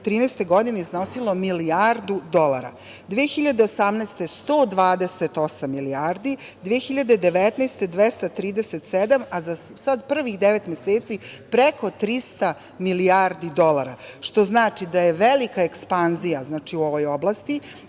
2013. godine iznosilo milijardu dolara, 2018. godine 128 milijardi, 2019. godine 237, a za prvih devet meseci preko 300 milijardi dolara, što znači da je velika ekspanzija u ovoj oblasti